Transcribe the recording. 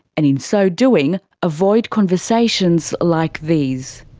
and in so doing, avoid conversations like these.